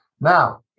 Now